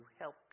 help